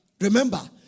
Remember